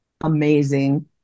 amazing